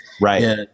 right